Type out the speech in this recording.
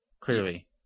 clearly